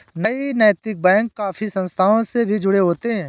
कई नैतिक बैंक काफी संस्थाओं से भी जुड़े होते हैं